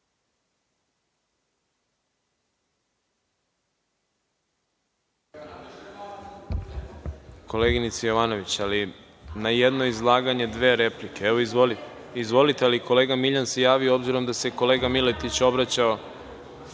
Koleginice Jovanović, ali na jedno izlaganje dve replike. Izvolite, ali kolega Miljan se javio obzirom da se kolega Miletić obraćao…(Nataša